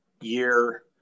year